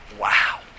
Wow